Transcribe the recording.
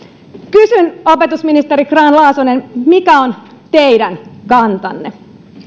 kysyn opetusministeri grahn laasonen mikä on teidän kantanne